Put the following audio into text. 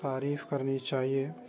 تعریف کرنی چاہیے